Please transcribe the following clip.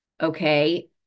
okay